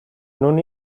non